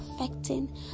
affecting